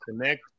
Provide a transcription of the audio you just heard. connect